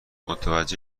متوجه